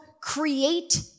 create